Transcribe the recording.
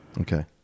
Okay